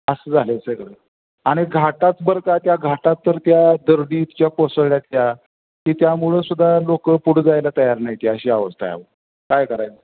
असं झालं आहे सगळं आणि घाटात बरं का त्या घाटात तर त्या दरडीतच्या कोसळल्या आहेत त्या की त्यामुळं सुद्धा लोकं पुढं जायला तयार नाहीत अशी अवस्था आहे काय करायचं